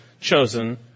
chosen